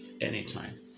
anytime